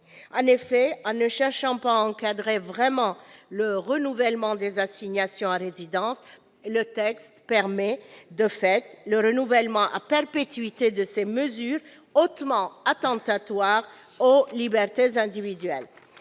En effet, en ne cherchant pas à encadrer vraiment le renouvellement des assignations à résidence, le texte permet, de fait, le renouvellement à perpétuité de ces mesures hautement attentatoires aux libertés individuelles.